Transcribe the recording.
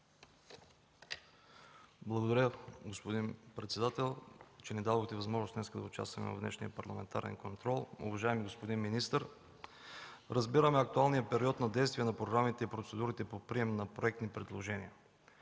Благодаря, господин председател, че ни дадохте възможност днес да участваме в парламентарния контрол. Уважаеми господин министър, разбираме актуалния период на действие на програмите и процедурите по прием на проектни предложения.